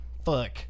fuck